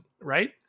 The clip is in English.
right